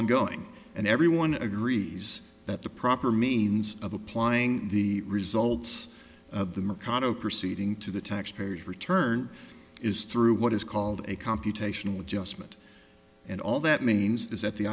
ongoing and everyone agrees that the proper means of applying the results of the macondo proceeding to the taxpayers returned is through what is called a computational adjustment and all that means is that the